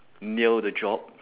nail the job